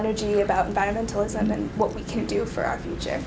energy about environmental ism and what we can do for our future